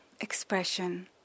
expression